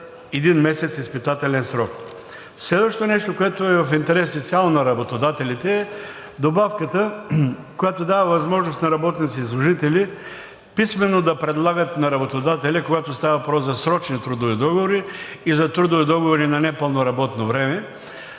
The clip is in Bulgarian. един месец изпитателен срок. Следващото нещо, което е в интерес изцяло на работодателите, добавката, която дава възможност на работници и служители писмено да предлагат на работодателя, когато става въпрос за срочни трудови договори и за трудови договори на непълно работно време